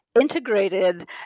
integrated